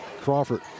Crawford